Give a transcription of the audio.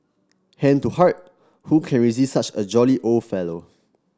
hand to heart who can resist such a jolly old fellow